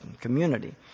community